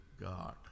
God